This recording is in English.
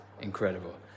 Incredible